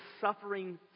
suffering